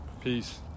Peace